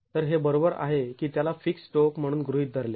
तर हे बरोबर आहे की त्याला फिक्स्ड् टोक म्हणून गृहीत धरले